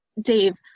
Dave